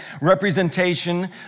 representation